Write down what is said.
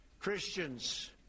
Christians